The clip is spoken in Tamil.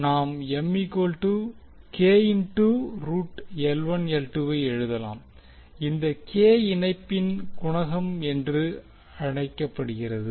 எனவே நாம்ஐ எழுதலாம் இந்த k இணைப்பின் குணகம் என்று அழைக்கப்படுகிறது